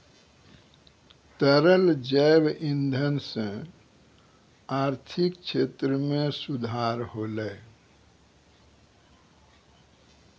तरल जैव इंधन सँ आर्थिक क्षेत्र में सुधार होलै